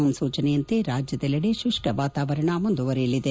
ಮುನ್ಲೂಚನೆಯಂತೆ ರಾಜ್ಯದಲ್ಲೆಡೆ ಶುಷ್ಕ ವಾತಾವರಣ ಮುಂದುವರೆಯಲಿದೆ